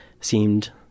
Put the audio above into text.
seemed